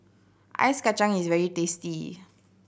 Ice Kachang is very tasty